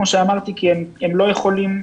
כמו שאמרת כי הם לא יכולים,